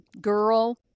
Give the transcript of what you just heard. girl